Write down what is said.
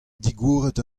digoret